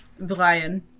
Brian